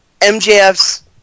MJF's